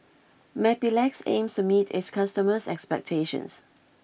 Mepilex aims to meet its customers' expectations